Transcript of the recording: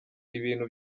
ibintu